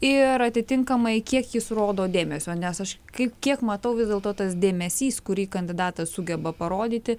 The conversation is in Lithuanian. ir atitinkamai kiek jis rodo dėmesio nes aš kaip kiek matau vis dėlto tas dėmesys kurį kandidatas sugeba parodyti